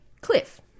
cliff